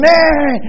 Man